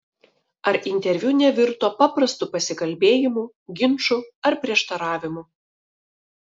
ar interviu nevirto paprastu pasikalbėjimu ginču ar prieštaravimu